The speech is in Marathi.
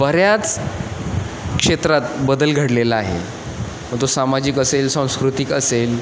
बऱ्याच क्षेत्रात बदल घडलेला आहे मग तो सामाजिक असेल सांस्कृतिक असेल